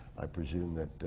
i presume that